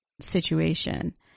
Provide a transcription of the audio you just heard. situation